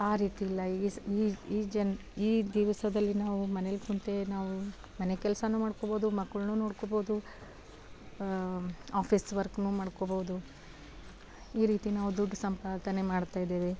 ಆ ರೀತಿಯಿಲ್ಲ ಈ ಜನ ಈ ದಿವಸದಲ್ಲಿ ನಾವು ಮನೇಲಿ ಕುಂತೇ ನಾವು ಮನೆ ಕೆಲಸವೂ ಮಾಡ್ಕೋಬೋದು ಮಕ್ಕಳನ್ನೂ ನೋಡ್ಕೋಬೋದು ಆಫೀಸ್ ವರ್ಕ್ನೂ ಮಾಡ್ಕೋಬೋದು ಈ ರೀತಿ ನಾವು ದುಡ್ಡು ಸಂಪಾದನೆ ಮಾಡ್ತಾಯಿದ್ದೇವೆ